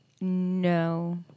No